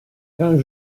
quand